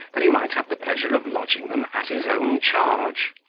that he might have the pleasure of lodging them at his own charge.